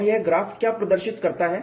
और यह ग्राफ क्या प्रदर्शित करता है